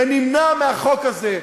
ונמנע מהחוק הזה,